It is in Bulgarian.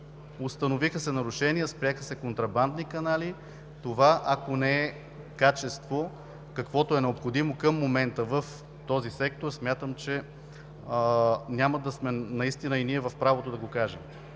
Установиха се нарушения, спряха се контрабандни канали. Това, ако не е качество, каквото е необходимо към момента в този сектор, смятам, че няма да сме наистина и ние в правото да го кажем.